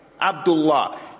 Abdullah